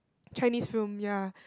Chinese film ya